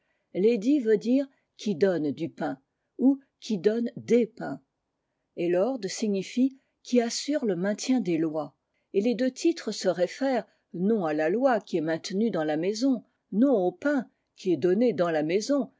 lady veut dire ouidonne du pain ou qui donne des pains t et lord signifie quiassure le maintien des lois et les deux titres se réfèrent non à la loi qui est maintenue dans la maison non au pain qui est donné dans la maison